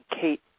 Kate